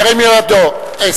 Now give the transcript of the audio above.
ירים את ידו.